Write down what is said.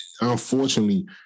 unfortunately